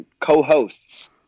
co-hosts